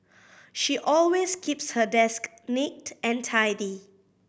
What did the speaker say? she always keeps her desk neat and tidy